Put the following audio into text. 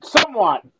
somewhat